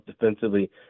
defensively